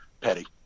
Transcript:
Petty